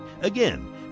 Again